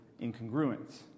incongruence